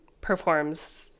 performs